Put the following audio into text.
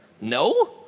no